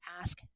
ask